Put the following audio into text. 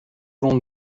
long